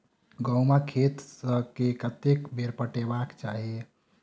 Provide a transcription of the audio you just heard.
गहुंमक खेत केँ कतेक बेर पटेबाक चाहि?